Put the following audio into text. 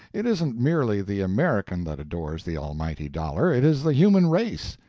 it isn't merely the american that adores the almighty dollar, it is the human race.